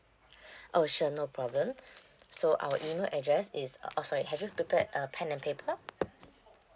oh sure no problem so our email address oh sorry have you prepared a pen and paper